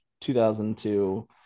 2002